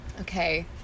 Okay